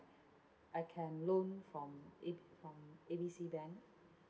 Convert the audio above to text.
I can loan from A from A B C bank